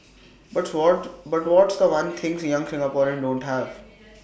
but what but what's The One things young Singaporeans don't have